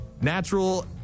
natural